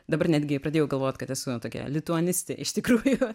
dabar netgi pradėjau galvot kad esu tokia lituanistė iš tikrųjų